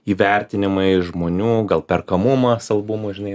įvertinimai žmonių gal perkamumas albumų žinai